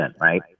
right